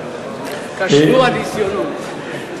כשלו הניסיונות.